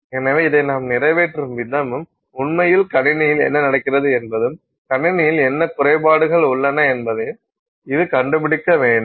எனவே இதை நாம் நிறைவேற்றும் விதமும் உண்மையில் கணினியில் என்ன நடக்கிறது என்பதும் கணினியில் என்ன குறைபாடுகள் உள்ளன என்பதை இது கண்டுபிடிக்க வேண்டும்